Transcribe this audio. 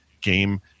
game